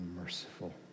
merciful